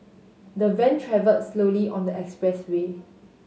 the van travelled slowly on the expressway